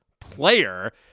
player